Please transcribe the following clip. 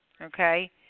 Okay